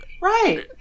Right